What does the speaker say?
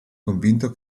convinto